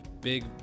big